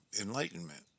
enlightenment